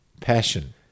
Passion